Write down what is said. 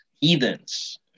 heathens